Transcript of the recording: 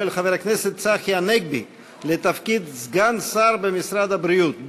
של חבר הכנסת צחי הנגבי לתפקיד סגן שר במשרד הבריאות,